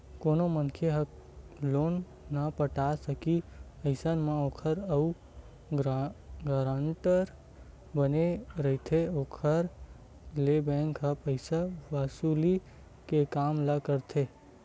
कोनो मनखे ह लोन नइ पटाय सकही अइसन म ओखर जउन गारंटर बने रहिथे ओखर ले बेंक ह पइसा वसूली के काम ल करथे